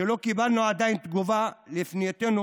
שלא קיבלנו עדיין תגובה על פנייתנו,